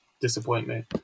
disappointment